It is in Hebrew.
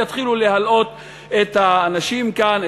יתחילו להלאות את האנשים כאן,